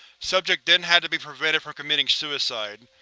subject then had to be prevented from committing suicide.